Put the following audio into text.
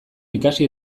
ikasi